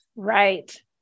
Right